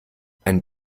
ein